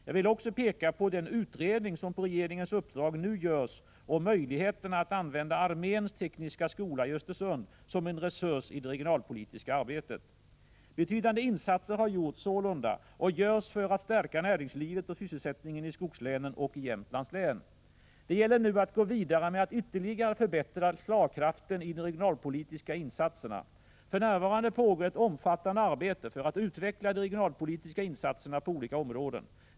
Jag vill också peka på den utredning som på regeringens uppdrag nu görs om möjligheterna att använda Arméns tekniska skola i Östersund som en resurs i det regionalpolitiska arbetet. Betydande insatser har sålunda gjorts och görs för att stärka näringslivet och sysselsättningen i skogslänen och i Jämtlands län. Det gäller nu att gå vidare med att ytterligare förbättra slagkraften i de regionalpolitiska insatserna. För närvarande pågår ett omfattande arbete för att utveckla de regionalpolitiska insatserna på olika områden.